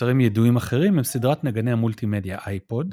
מוצרים ידועים אחרים הם סדרת נגני המולטימדיה אייפוד,